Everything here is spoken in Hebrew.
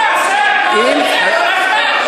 הוא עוסק כל הזמן.